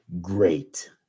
great